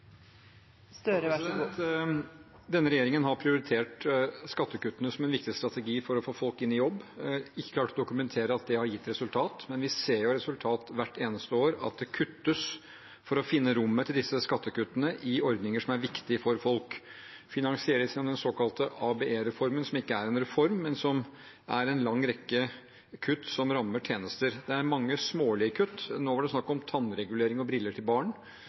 replikkordskifte. Denne regjeringen har prioritert skattekutt som en viktig strategi for å få folk i jobb. De har ikke klart å dokumentere at det har gitt resultater, men vi ser resultatet hvert eneste år: For å finne rom for disse skattekuttene kuttes det i ordninger som er viktige for folk. Finansieringen av den såkalte ABE-reformen, som ikke er en reform, gir en lang rekke kutt som rammer tjenester. Det er mange smålige kutt. Nå var det snakk om tannregulering og briller til barn.